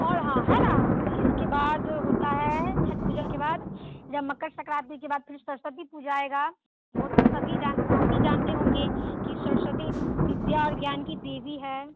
और हाँ न इसके बाद होता है छठ पूजा के बाद जब मकर संक्रांति के बाद फिर सरस्वती पूजा आएगा वो तो सभी जानते है आप भी जानते होंगे की सरस्वती विद्या और ज्ञान की देवी है